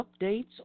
updates